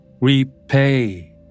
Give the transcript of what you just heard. Repay